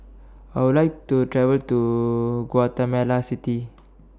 I Would like to travel to Guatemala City